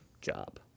job